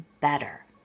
better